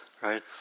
right